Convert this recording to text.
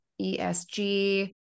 ESG